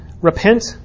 Repent